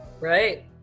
Right